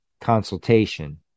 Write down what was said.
consultation